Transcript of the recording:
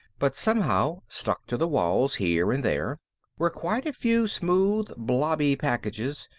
but somehow stuck to the walls here and there were quite a few smooth blobby packages,